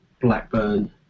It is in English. Blackburn